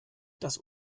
das